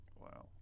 wow